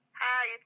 Hi